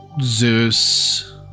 Zeus